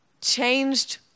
changed